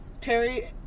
Terry